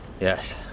Yes